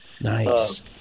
Nice